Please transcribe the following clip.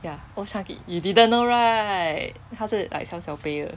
ya old chang kee you didn't know right 他是 like 小小杯的